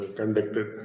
conducted